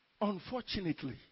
unfortunately